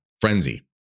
frenzy